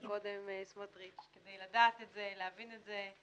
שניתן קודם כדי לדעת את זה ולהבין את זה.